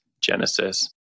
Genesis